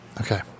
Okay